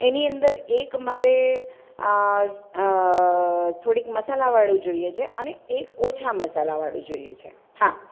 એની અંદર એક મારે થોડીક મસાલાવાળું જોઈએ છે અને એક ઓછા મસાલાવાળું જોઈએ છે હા